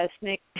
snake